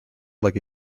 like